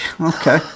Okay